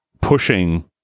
pushing